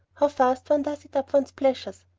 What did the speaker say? how fast one does eat up one's pleasures!